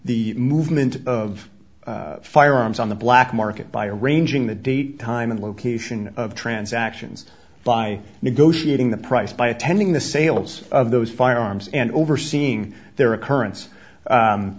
the movement of firearms on the black market by arranging the date time and location of transactions by negotiating the price by attending the sales of those firearms and overseeing their occurrence